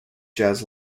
jazz